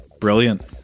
Brilliant